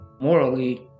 morally